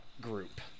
group